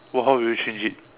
what how would you change it